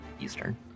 Eastern